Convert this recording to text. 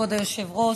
כבוד היושב-ראש,